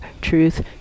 truth